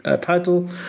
title